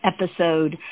episode